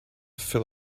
fill